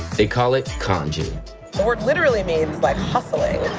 they call it kanju! the word literally means like hustling.